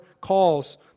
calls